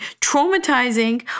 traumatizing